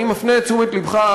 אני מפנה את תשומת לבך,